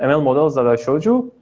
and ml models that i showed you,